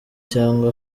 cyangwa